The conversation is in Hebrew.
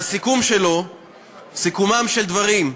והסיכום שלו סיכומם של דברים: